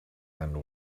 and